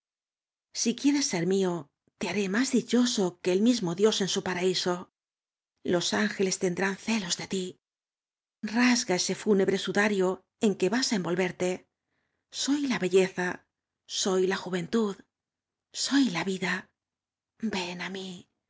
si quieres ser mío te haré más dichoso quo el mismo dios en su paraíso ios áneles tendrán celos dati h a s ese fúnebre sudario en que vas á envolverte soy la belleza soy la juventud soy la vida ven á mí